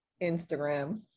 Instagram